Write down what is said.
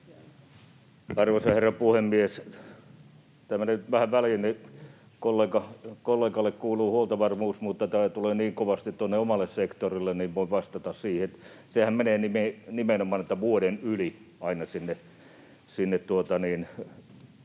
Arvoisa herra puhemies! Tämä meni nyt vähän väliin: kollegalle kuuluu huoltovarmuus, mutta tämä tulee niin kovasti omalle sektorilleni, että voin vastata siihen. Sehän menee nimenomaan niin, että aina vuoden